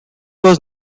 was